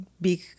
big